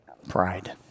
Pride